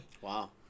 wow